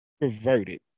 perverted